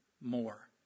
more